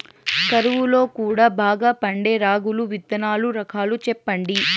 కరువు లో కూడా బాగా పండే రాగులు విత్తనాలు రకాలు చెప్పండి?